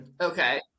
Okay